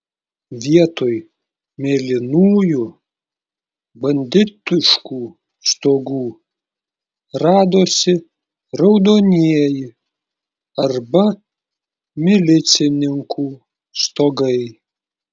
vietoj mėlynųjų banditiškų stogų radosi raudonieji arba milicininkų stogai